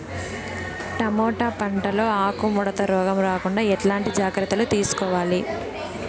Tomato పంట లో ఆకు ముడత రోగం రాకుండా ఎట్లాంటి జాగ్రత్తలు తీసుకోవాలి?